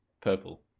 purple